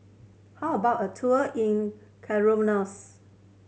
how about a tour in Comoros